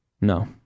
no